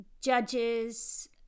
judges